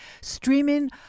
streaming